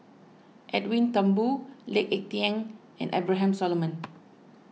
Edwin Thumboo Lee Ek Tieng and Abraham Solomon